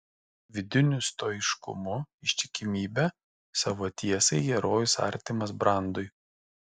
vidiniu stoiškumu ištikimybe savo tiesai herojus artimas brandui